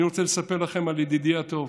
אני רוצה לספר לכם על ידידי הטוב